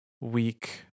week